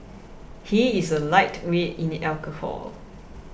he is a lightweight in alcohol